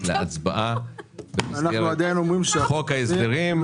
הצבענו כבר על כל ההסתייגויות.